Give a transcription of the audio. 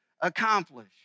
accomplish